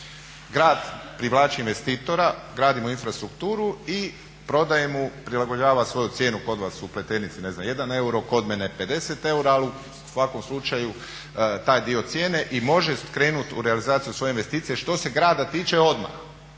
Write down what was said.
Grad privlači investitora, gradimo infrastrukturu i prodaje mu, prilagođava svoju cijenu kod vas u Pleternici, ne znam 1 euro, kod mene 50 eura ali u svakom slučaju taj dio cijene i može krenuti u realizaciju svoje investicije što se grada tiče odmah.